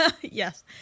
Yes